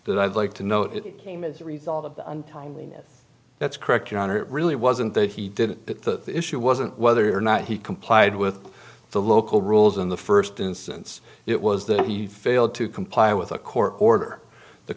that i'd like to know it came as a result of the untimely death that's correct your honor it really wasn't that he didn't the issue wasn't whether or not he complied with the local rules in the first instance it was that he failed to comply with a court order the